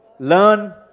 Learn